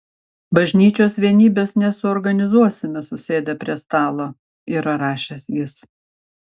bažnyčios vienybės nesuorganizuosime susėdę prie stalo yra rašęs jis